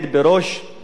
אדמונד לוי?